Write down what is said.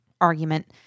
argument